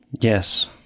Yes